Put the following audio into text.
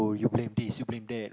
you blame this you blame that